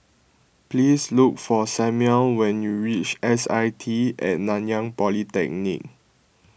please look for Samual when you reach S I T at Nanyang Polytechnic